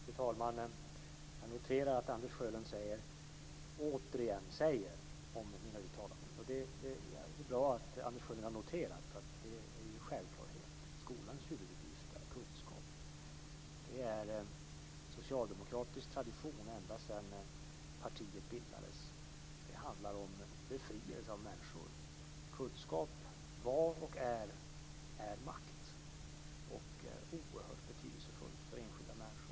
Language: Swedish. Fru talman! Jag noterar att Anders Sjölund säger "återigen säger" om mina uttalanden. Det är bra att Anders Sjölund har noterat att det är en självklarhet att skolans huvuduppgift är kunskapen. Det är socialdemokratisk tradition ända sedan partiet bildades. Det handlar om befrielse av människor. Kunskap var, och är, makt och är oerhört betydelsefullt för enskilda människor.